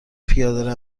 پیاده